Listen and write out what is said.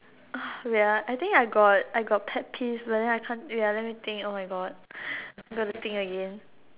wait ah I think I got I got pet peeves but then I can't wait ah let me think oh my god I got to think again